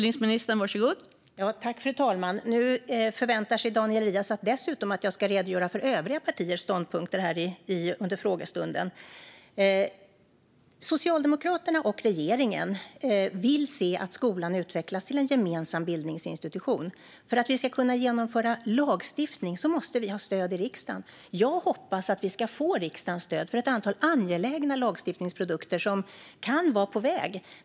Fru talman! Nu förväntar sig Daniel Riazat dessutom att jag ska redogöra för övriga partiers ståndpunkter under frågestunden. Socialdemokraterna och regeringen vill se att skolan utvecklas till en gemensam bildningsinstitution. För att vi ska kunna genomföra lagstiftning måste vi ha stöd i riksdagen. Jag hoppas att vi ska få riksdagens stöd för ett antal angelägna lagstiftningsprodukter som kan vara på väg.